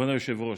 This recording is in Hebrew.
כבוד היושב-ראש,